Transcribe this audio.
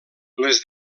les